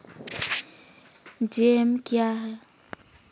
Jam क्या हैं?